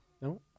no